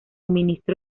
ministro